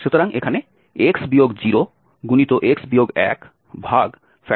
সুতরাং এখানে x 0x 12